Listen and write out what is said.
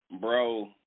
bro